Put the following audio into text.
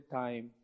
time